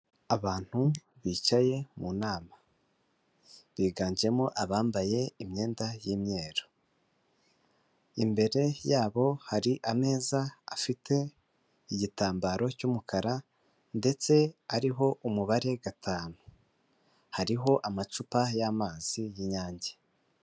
Abantu bicaye mu nama, biganjemo abambaye imyenda y'imyeru, imbere yabo hari ameza afite igitambaro cy'umukara ndetse ariho umubare gatanu, hariho amacupa y'amazi y'Inyange.